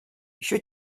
еще